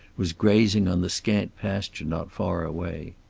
was grazing on the scant pasture not far away.